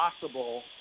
possible